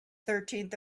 thirteenth